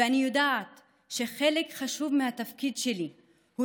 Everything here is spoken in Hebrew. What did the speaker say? ואני יודעת שחלק חשוב מהתפקיד שלי הוא